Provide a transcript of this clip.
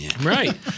Right